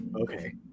okay